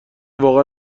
واقعا